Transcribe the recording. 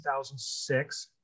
2006